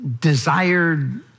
desired